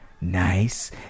nice